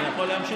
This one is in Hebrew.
אני יכול להמשיך?